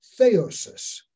theosis